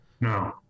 No